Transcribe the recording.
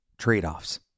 trade-offs